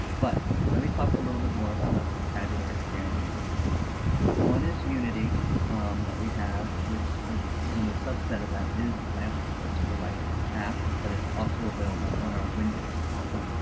but let me talk a little bit more about our vocabulary families one is unity that we have which and the subset of that is the lamp words for life app but it's also available on our windows tablet.